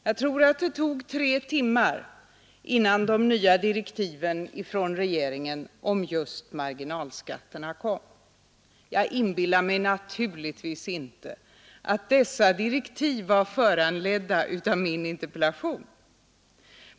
Jag tror att det tog tre timmar innan de nya direktiven från regeringen om just marginalskatterna kom. Naturligtvis inbillar jag mig inte att dessa direktiv var föranledda av min interpellation.